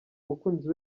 umukunzi